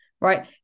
Right